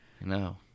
No